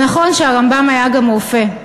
זה נכון שהרמב"ם היה גם רופא,